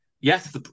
yes